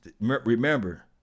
remember